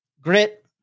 grit